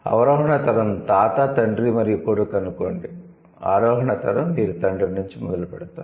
అవరోహణ తరం తాత తండ్రి మరియు కొడుకు అనుకోండి ఆరోహణ తరం మీరు తండ్రి నుండి మొదలుపెడతారు